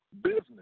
business